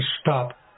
stop